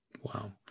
wow